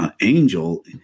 angel